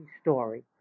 story